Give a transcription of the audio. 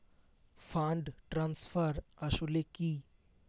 Fund transfer আসলে কী?